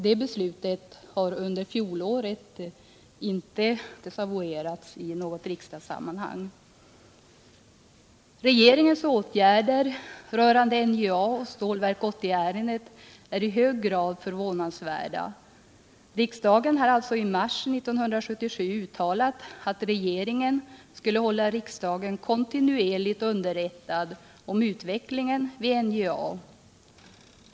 Det beslutet har under fjolåret inte desavouerats i något riksdagssammanhang. Regeringens åtgärder rörande NJA och Stålverk 80-ärendet är i hög grad förvånansvärda. Riksdagen har alltså i mars 1977 uttalat att regeringen skulle hålla riksdagen kontinuerligt underrättad om utvecklingen vid NJA.